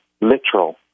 literal